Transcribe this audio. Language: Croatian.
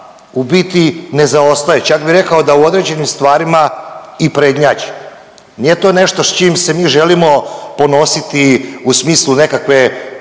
u biti ne zaostaje, čak bi rekao da u određenim stvarima i prednjači. Nije to nešto s čim se mi želimo ponositi u smislu nekakve